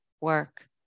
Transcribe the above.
work